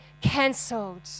cancelled